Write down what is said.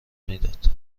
میداد